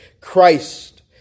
Christ